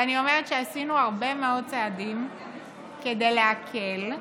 ואני אומרת שעשינו הרבה מאוד צעדים כדי להקל,